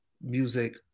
music